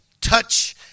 touch